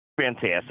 fantastic